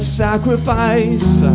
sacrifice